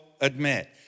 admit